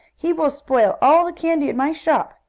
he will spoil all the candy in my shop!